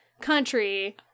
country